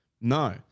No